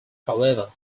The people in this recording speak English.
however